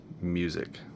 music